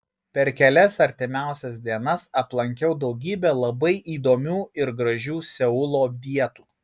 per kelias artimiausias dienas aplankiau daugybę labai įdomių ir gražių seulo vietų